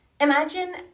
Imagine